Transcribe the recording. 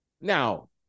now